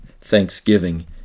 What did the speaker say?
thanksgiving